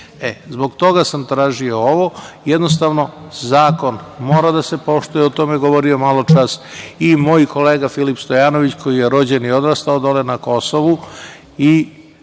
toga sam tražio ovo. Jednostavno zakon mora da se poštuje. O tome je govorio maločas i moj kolega Filip Stojanović, koji je rođen i odrastao dole na Kosovu i